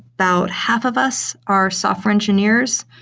about half of us are software engineers.